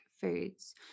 foods